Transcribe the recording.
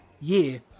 year